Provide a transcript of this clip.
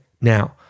now